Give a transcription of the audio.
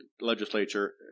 legislature